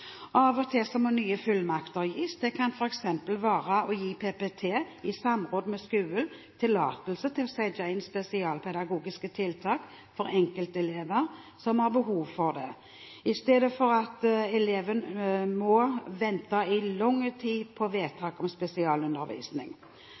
Av og til må nye fullmakter gis. Det kan f.eks. være å gi PPT, i samråd med skolen, tillatelse til å sette inn spesialpedagogiske tiltak for enkeltelever som har behov for det, i stedet for at eleven må vente i lang tid på